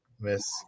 Miss